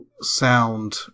sound